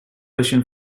russian